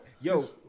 Yo